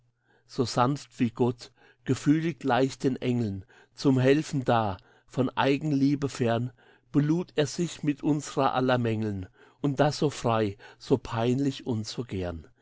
so sanft wie gott gefühlig gleich den engeln zum helfen da von eigenliebe fern belud er sich mit unser aller mängeln und das so frei so peinlich